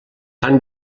fan